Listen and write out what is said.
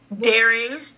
Daring